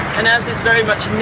and as is very much